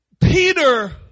Peter